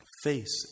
face